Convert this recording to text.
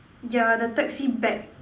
yeah the taxi back